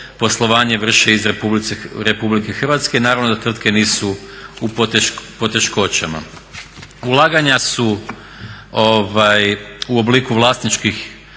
poslovanje vrše iz Republike Hrvatske. Naravno da tvrtke nisu u poteškoćama. Ulaganja su u obliku vlasničkih